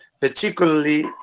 particularly